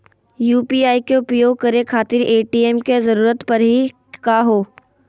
UPI के उपयोग करे खातीर ए.टी.एम के जरुरत परेही का हो?